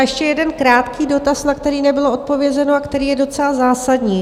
Ještě jeden krátký dotaz, na který nebylo odpovězeno a který je docela zásadní.